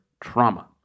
trauma